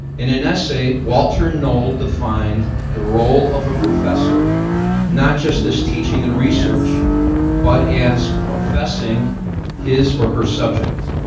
in an essay walter null defined the role of a professor not just this teaching and research but as professing his or her subject.